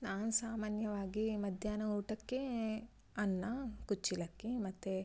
ನಾನು ಸಾಮಾನ್ಯವಾಗಿ ಮಧ್ಯಾಹ್ನ ಊಟಕ್ಕೆ ಅನ್ನ ಕುಚ್ಚಲಕ್ಕಿ ಮತ್ತು